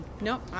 nope